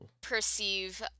perceive